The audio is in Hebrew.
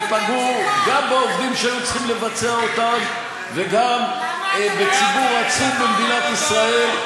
ופגעו גם בעובדים שהיו צריכים לבצע אותן וגם בציבור עצום במדינת ישראל.